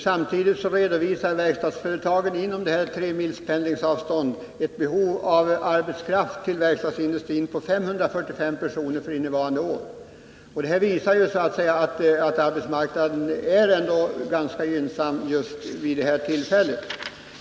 Samtidigt redovisar verkstadsföretagen inom tre mils pendlingsavstånd ett behov av arbetskraft på 545 personer för innevarande år. Detta visar att arbetsmarknadssituationen är ganska gynnsam vid det här tillfället.